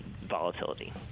volatility